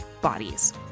bodies